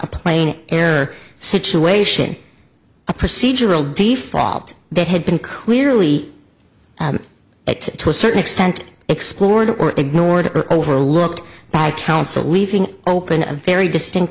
a plain error situation a procedural d fault that had been clearly it to a certain extent explored or ignored or overlooked by counsel leaving open a very distinct